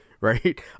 right